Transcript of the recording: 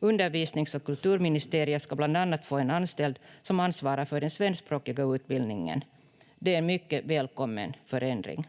Undervisnings- och kulturministeriet ska bland annat få en anställd som ansvarar för den svenskspråkiga utbildningen. Det är en mycket välkommen förändring.